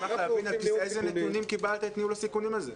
איזה נתונים קיבלת את ניהול הסיכונים הזה.